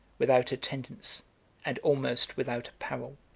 without attendance and almost without apparel,